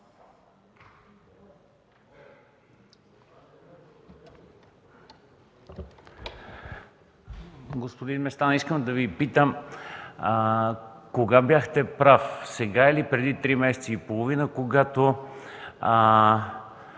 Господин Местан, искам да Ви питам: кога бяхте прав – сега или преди три месеца и половина, когато